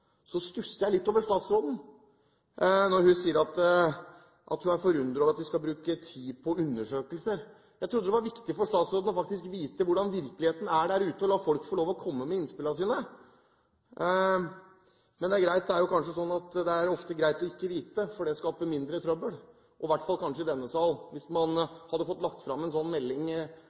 så viktig når det gjelder staten selv og selve infrastrukturen. Når Forbrukerombudet på denne måten sier at dette er kjempebra, stusser jeg litt over at statsråden sier hun er forundret over at vi skal bruke tid på undersøkelser. Jeg trodde det var viktig for statsråden faktisk å vite hvordan virkeligheten er der ute, og å la folk få lov til å komme med innspillene sine. Men det er kanskje ofte greit å ikke vite, for det skaper mindre trøbbel – kanskje i hvert fall i denne sal – enn hvis man hadde fått lagt fram